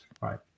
right